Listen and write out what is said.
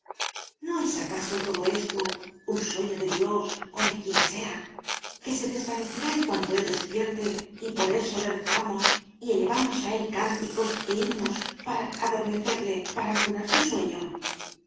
no es acaso todo esto un sueño de dios o de quien sea que se desvanecerá en cuanto él despierte y por eso le rezamos y elevamos a él cánticos e himnos para adormecerle para cunar su sueño